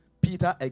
Peter